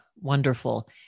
Wonderful